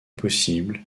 possible